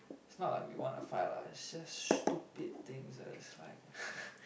it's not like we want to fight lah it's just stupid things always fight